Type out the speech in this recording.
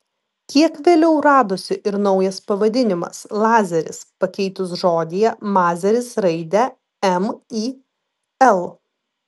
kiek vėliau radosi ir naujas pavadinimas lazeris pakeitus žodyje mazeris raidę m į l